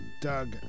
Doug